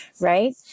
Right